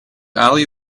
alley